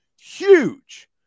huge